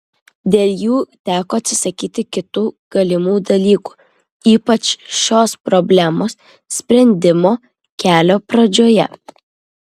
dėl jų teko atsisakyti kitų galimų dalykų ypač šios problemos sprendimo kelio pradžioje